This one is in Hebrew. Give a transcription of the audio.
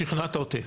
שכנעת אותי.